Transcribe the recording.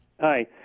Hi